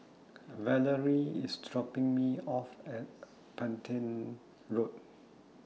Valerie IS dropping Me off At Petain Road